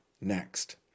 Next